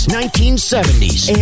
1970s